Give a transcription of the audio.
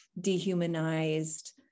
dehumanized